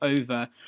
over